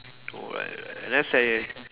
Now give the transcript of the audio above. what let's say